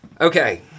Okay